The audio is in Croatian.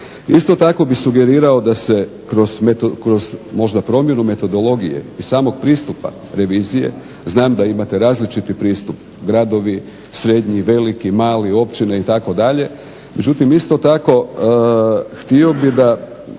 Isto tako bih sugerirao da se kroz možda promjenu metodologije i samog pristupa revizije, znam da imate različiti pristup gradovi, srednji, veliki, mali, općine itd. Međutim, isto tako htio bih da,